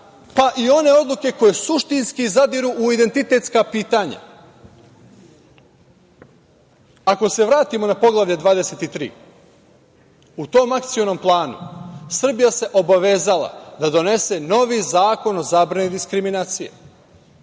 pa i one odluke koje suštinski zadiru u identitetska pitanja. Ako se vratimo na Poglavlje 23, u tom akcionom planu Srbija se obavezala da donese novi Zakon o zabrani diskriminacije.